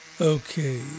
Okay